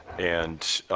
and